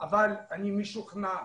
אבל אני משוכנע